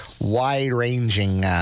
wide-ranging